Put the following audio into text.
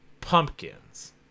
pumpkins